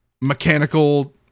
mechanical